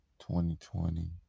2020